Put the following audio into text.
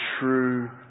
true